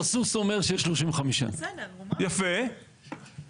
אז הסוס אומר שיש 35. יפה, יפה.